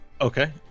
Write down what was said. Okay